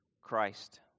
Christ